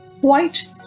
white